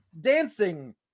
dancing